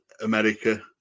America